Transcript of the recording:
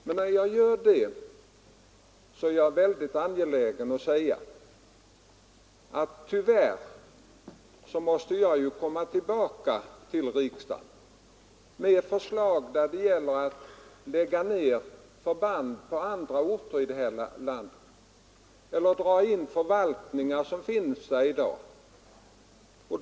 Men när jag gör det, är jag angelägen att säga att tyvärr måste jag komma tillbaka till riksdagen med förslag där det gäller att lägga ner förband eller dra in förvaltningar på andra orter i landet.